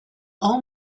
all